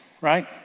right